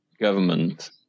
government